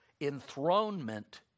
enthronement